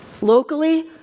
Locally